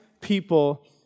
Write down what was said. people